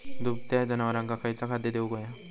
दुभत्या जनावरांका खयचा खाद्य देऊक व्हया?